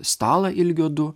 stalą ilgio du